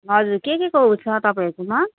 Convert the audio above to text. हजुर के के को ऊ छ तपाईँहरूकोमा